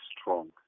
strong